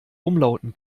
umlauten